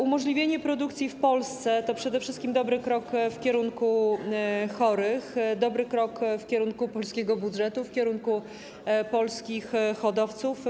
Umożliwienie produkcji w Polsce to przede wszystkim dobry krok w kierunku chorych, dobry krok w kierunku polskiego budżetu, w kierunku polskich hodowców.